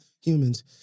humans